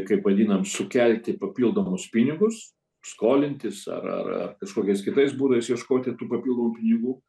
kaip vadinam sukelti papildomus pinigus skolintis ar ar ar kažkokiais kitais būdais ieškoti tų papildomų pinigų